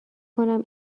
کنم